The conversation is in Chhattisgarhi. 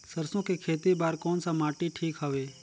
सरसो के खेती बार कोन सा माटी ठीक हवे?